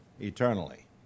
eternally